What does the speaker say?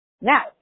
Now